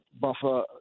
buffer